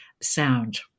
sound